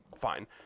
Fine